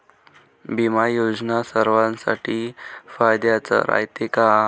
बिमा योजना सर्वाईसाठी फायद्याचं रायते का?